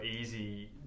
easy